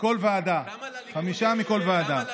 מכל ועדה, כמה לליכוד?